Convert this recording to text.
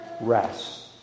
Rest